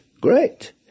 great